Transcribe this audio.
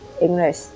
English